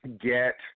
get